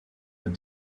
but